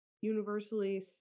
universally